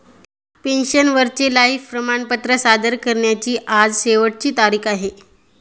पेन्शनरचे लाइफ प्रमाणपत्र सादर करण्याची आज शेवटची तारीख आहे